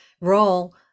role